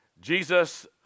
Jesus